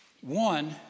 One